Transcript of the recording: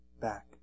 back